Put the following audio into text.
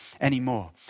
anymore